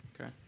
Okay